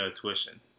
tuition